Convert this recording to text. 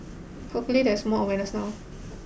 hopefully there is more awareness now